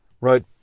wrote